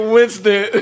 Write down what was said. Winston